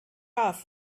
off